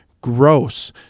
gross